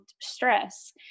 stress